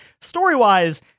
story-wise